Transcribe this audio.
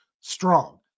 strong